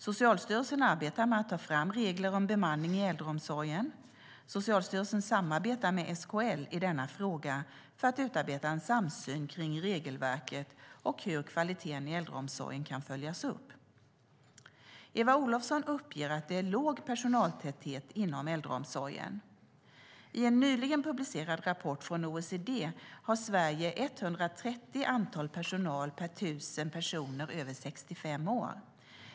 Socialstyrelsen arbetar med att ta fram regler om bemanning i äldreomsorgen. Socialstyrelsen samarbetar med SKL i denna fråga för att utarbeta en samsyn kring regelverket och hur kvaliteten inom äldreomsorgen kan följas upp. Eva Olofsson uppger att det är låg personaltäthet inom äldreomsorgen. I en nyligen publicerad rapport från OECD har Sverige 130 personal per 1 000 personer över 65 år.